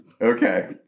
Okay